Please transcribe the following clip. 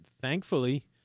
thankfully